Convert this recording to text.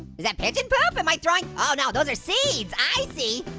is that pigeon poop, am i throwing, oh, no, those are seeds, i see.